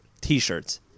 t-shirts